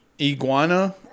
iguana